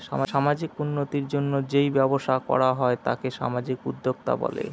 সামাজিক উন্নতির জন্য যেই ব্যবসা করা হয় তাকে সামাজিক উদ্যোক্তা বলে